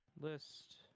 List